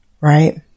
right